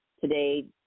Today